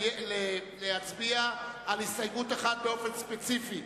להצביע על הסתייגות אחת באופן ספציפי.